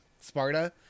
Sparta